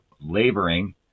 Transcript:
laboring